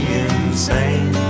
insane